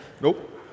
Nope